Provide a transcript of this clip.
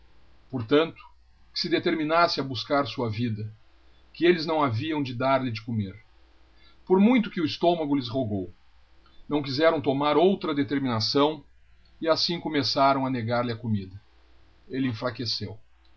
tanto que se determinasse a buscar sua vida que elles não havião de dar-lhe de comer pormuito que o estômago lhes rogou não quizerão tomar outra determinação e as sim começarão a negar-lhe a comida